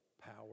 power